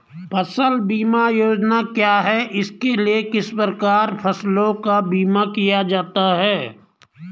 फ़सल बीमा योजना क्या है इसके लिए किस प्रकार फसलों का बीमा किया जाता है?